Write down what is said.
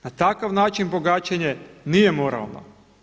Na takav način bogaćenje nije moralno.